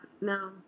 No